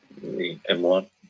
M1